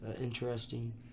interesting